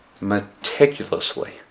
meticulously